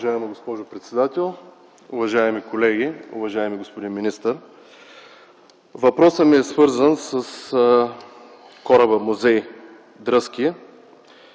Уважаема госпожо председател, уважаеми колеги! Уважаеми господин министър, въпросът ми е свързан с кораба музей „Дръзки”,